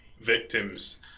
victims